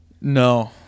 No